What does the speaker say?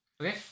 Okay